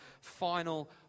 final